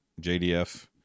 jdf